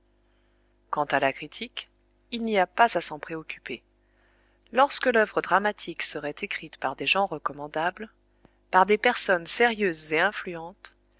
quant à la critique il n'y a pas à s'en préoccuper lorsque l'œuvre dramatique serait écrite par des gens recommandables par des personnes sérieuses et influentes